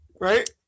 right